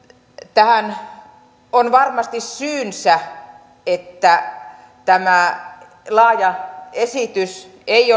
tähän on varmasti syynsä että tämä laaja esitys ei